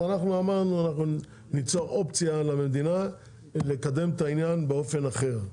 אז אנחנו אמרנו שאנחנו ניצור אופציה למדינה לקדם את העניין באופן אחר.